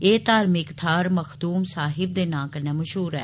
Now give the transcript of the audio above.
एह धार्मिक थाहर मखदूम साहिब दे नांऽ कन्नै मषहूर ऐ